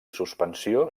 suspensió